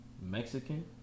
Mexican